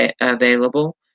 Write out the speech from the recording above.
available